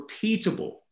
repeatable